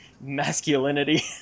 masculinity